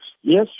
Yes